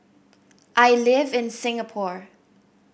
I live in Singapore